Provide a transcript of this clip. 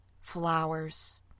flowers